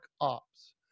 Ops